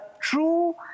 true